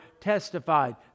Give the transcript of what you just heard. testified